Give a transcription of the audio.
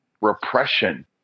repression